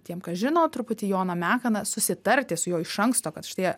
tiem kas žino truputį joną meką na susitarti su juo iš anksto kad štai